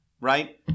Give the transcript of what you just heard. right